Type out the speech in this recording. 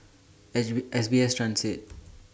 S B S Transit